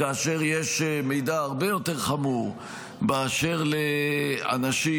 כאשר יש מידע הרבה יותר חמור באשר לאנשים,